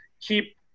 keep